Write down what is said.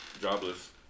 jobless